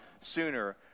sooner